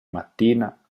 mattina